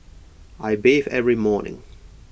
I bathe every morning